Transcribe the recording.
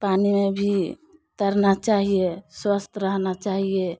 पानी में भी तैरना चाहिए स्वस्थ रहना चाहिए